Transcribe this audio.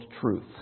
truth